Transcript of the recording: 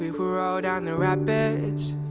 roll down the rapids